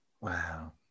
Wow